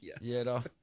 Yes